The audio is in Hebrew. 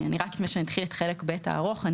לפני שאני אתחיל את חלק ב' הארוך,